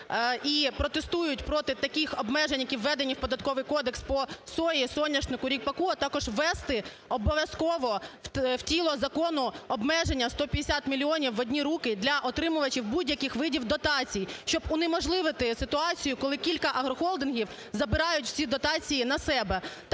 і протестують проти таких обмежень, які введенні у Податковий кодекс по сої, соняшнику, ріпаку, а також ввести обов'язково у тіло закону обмеження 150 мільйонів в одні руки для отримувачів будь-яких видів дотацій, щоб унеможливити ситуацію, коли кілька агрохолдингів забирають всі дотації на себе.